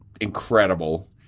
incredible